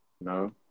No